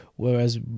Whereas